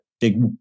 big